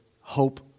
hope